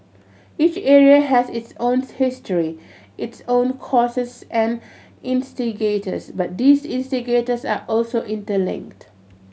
each area has its own history its own causes and instigators but these instigators are also interlinked